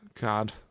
God